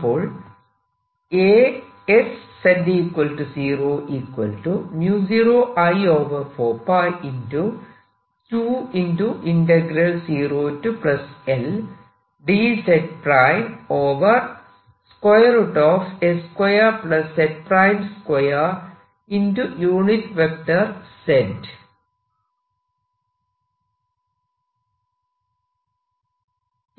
അപ്പോൾ